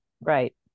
Right